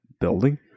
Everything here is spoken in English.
building